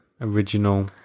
original